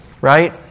Right